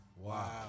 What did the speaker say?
Wow